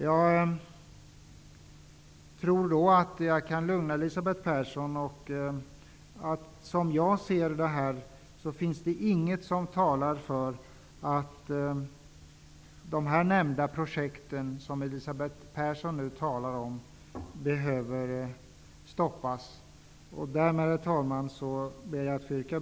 Jag tror att jag kan lugna Elisabeth Persson. Som jag ser det finns det inget som talar för att de projekt som Elisabeth Persson talar om behöver stoppas. Herr talman!